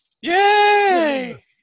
Yay